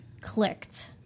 clicked